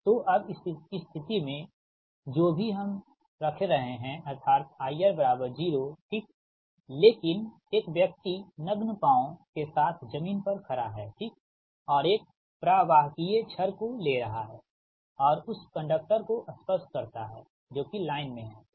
तो अब इस स्थिति में जो भी हम रख रहे हैं अथार्त IR बराबर 0 ठीकलेकिन एक व्यक्ति नग्न पॉंव के साथ ज़मीन पर खड़ा है ठीक और एक प्रवाहकीय छड़ को ले रहा है और उस कंडक्टर को स्पर्श करता है जो कि लाइन में है ठीक